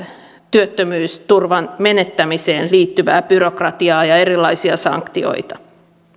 työttömyysturvan menettämiseen liittyvää byrokratiaa ja erilaisia sanktioita